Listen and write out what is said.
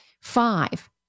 Five